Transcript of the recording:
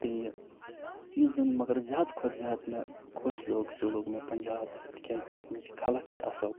بیٚیہِ یُس زن مگر زیادٕ کھۄتہٕ زیادٕ مےٚ خۄش لوٚگ سُہ لوٚگ مےٚ پنٛجاب تِکیٛازِ تتھ منٛز چھِ خلق تہِ اَصل